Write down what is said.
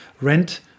rent